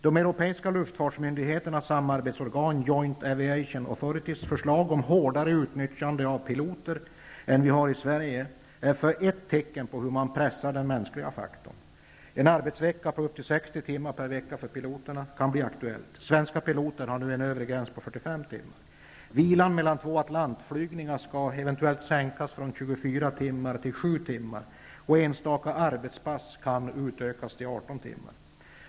De europeiska luftfartsmyndigheternas samarbetsorgan Joint Aviation Authorities förslag om ett hårdare utnyttjande av piloter än vad vi har i Sverige är ett tecken på hur man pressar den mänskliga faktorn. En arbetsvecka på upp till 60 timmar per vecka för piloterna kan bli aktuell. Svenska piloter har nu en övre gräns på 45 timmar. Vilan mellan två timmar till 7 timmar, och enstaka arbetspass kan utökas till 18 timmar.